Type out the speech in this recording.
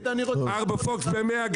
ארבע פוקס ב-100,